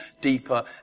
deeper